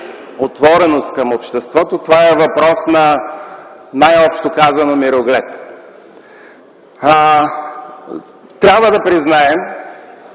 отвореност към обществото, въпрос на най-общо казано мироглед. Трябва да признаем